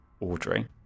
Audrey